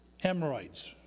Hemorrhoids